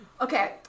Okay